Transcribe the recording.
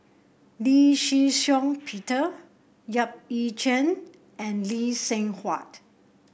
Lee Shih Shiong Peter Yap Ee Chian and Lee Seng Huat